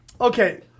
Okay